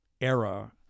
era